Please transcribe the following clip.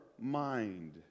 mind